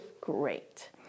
great